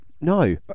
no